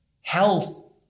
health